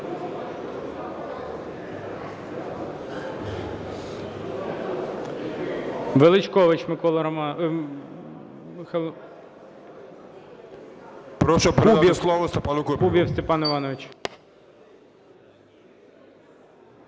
Прошу передати слово Степану Кубіву.